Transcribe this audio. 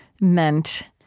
meant